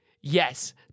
Yes